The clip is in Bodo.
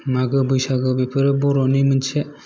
मागो बैसागो बेफोर बर'नि मोनसे